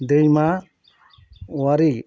दैमा औवारि